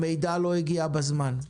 המידע לא הגיע בזמן.